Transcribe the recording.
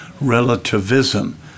relativism